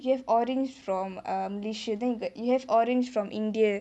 you have orange from um malaysia you have orange from india